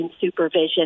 supervision